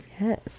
Yes